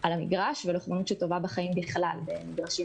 על המגרש, ובמגרשים אחרים בחיים בכלל.